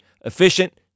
efficient